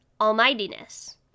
almightiness